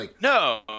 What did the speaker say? No